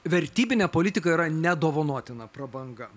vertybinė politika yra nedovanotina prabanga